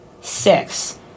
six